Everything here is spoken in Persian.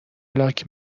لاک